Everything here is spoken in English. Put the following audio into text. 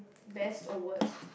best or worst